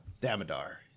Damodar